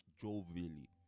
jovially